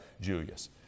Julius